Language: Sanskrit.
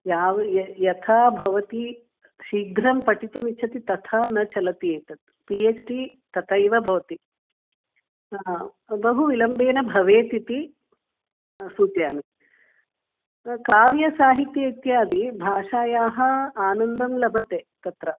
यावत् यथा भवति शीघ्रं पठितुम् इच्छति तथा न चलति एतत् पि एच् डि तथैव भवति बहु विलम्बेन भवेत् इति सूचयामि काव्यसाहित्यम् इत्यादि भाषायाः आनन्दं लभते तत्र